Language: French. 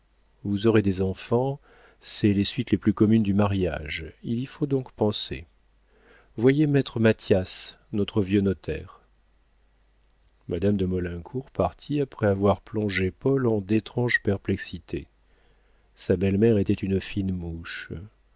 vous aurez des enfants ce sont les suites les plus communes du mariage il y faut donc penser voyez maître mathias notre vieux notaire madame de maulincour partit après avoir plongé paul en d'étranges perplexités sa belle-mère était une fine mouche